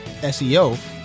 SEO